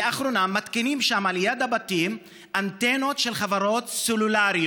לאחרונה מתקינים שם על יד הבתים אנטנות של חברות סלולר.